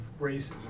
racism